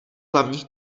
hlavních